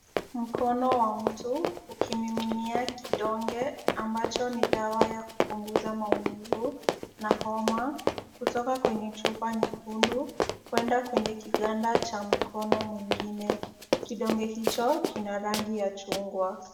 Mkono wa mtu ukimiminia kidonge ambacho ni dawa ya kupunguza maumivu na homa, kutoka kwenye chupa nyekundu, kwenda kwenye kiganda cha mkono mwingine. Kidonge hicho kina rangi ya chungwa.